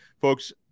folks